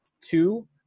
Two